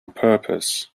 purpose